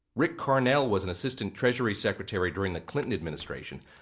rick carnell was an assistant treasury secretary during the clinton administration.